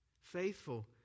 Faithful